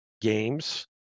games